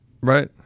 Right